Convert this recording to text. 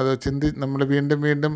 അത് ചിന്തി നമ്മൾ വീണ്ടും വീണ്ടും